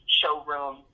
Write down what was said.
showroom